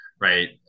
right